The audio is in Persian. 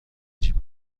جیب